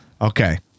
okay